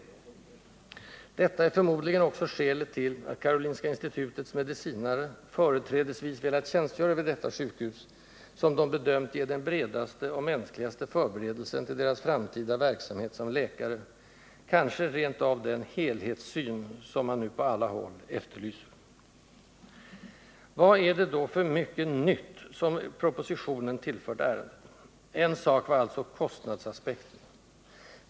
Detta är förmodligen också skälet till att Karolinska institutets medicinare företrädesvis velat tjänstgöra vid detta sjukhus, som de bedömt ge den bredaste och mänskligaste förberedelsen till deras framtida verksamhet som läkare — kanske rentav den ”helhetssyn”, som man nu på alla håll efterlyser. Vad är det då för ”mycket” nytt, som propositionen tilifört ärendet? En sak var alltså ”kostnadsaspekten”.